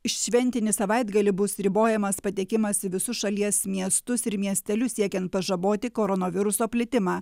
šventinį savaitgalį bus ribojamas patekimas į visus šalies miestus ir miestelius siekiant pažaboti koronaviruso plitimą